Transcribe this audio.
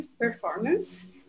performance